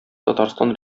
татарстан